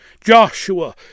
Joshua